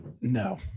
no